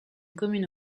commune